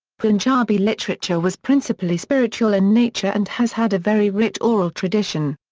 punjabi literature was principally spiritual in nature and has had a very rich oral tradition.